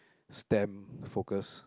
stamp focus